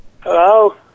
Hello